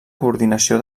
coordinació